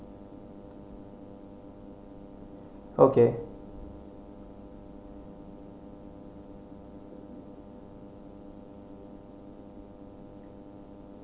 okay